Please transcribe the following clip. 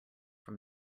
from